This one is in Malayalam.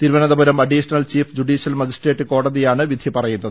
Thiruvananthapuram additional chief judicial magistrate കോടതിയാണ് വിധി പറയുന്നത്